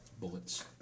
bullets